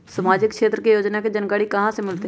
सामाजिक क्षेत्र के योजना के जानकारी कहाँ से मिलतै?